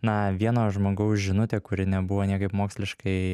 na vieno žmogaus žinutė kuri nebuvo niekaip moksliškai